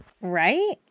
Right